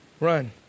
run